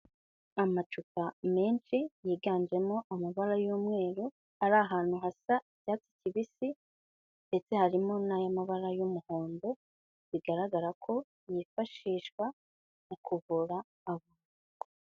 Amacupa menshi yiganjemo amabara y'umweru, ari ahantu hasa icyatsi kibisi ndetse harimo n'ay'amabara y'umuhondo bigaragara ko yifashishwa mu kuvura abantu.